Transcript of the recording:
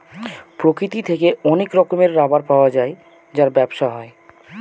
প্রকৃতি থেকে অনেক রকমের রাবার পাওয়া যায় যার ব্যবসা হয়